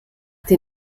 dir